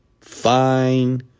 fine